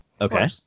okay